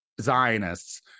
Zionists